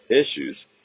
issues